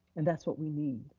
and that's what we need.